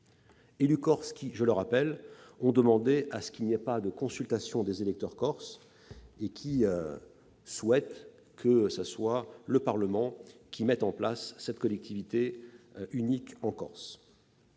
les élus corses ont demandé à ce que l'on n'organise pas de consultation des électeurs corses : ils souhaitent que ce soit le Parlement qui mette en place la collectivité unique de Corse.